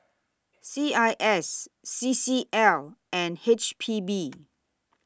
C I S C C L and H P B